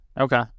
Okay